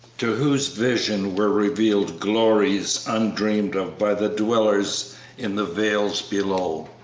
to whose vision were revealed glories undreamed of by the dwellers in the vales below.